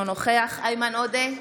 אינו נוכח איימן עודה,